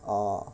oh